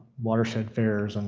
watershed fairs, and